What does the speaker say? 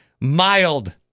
mild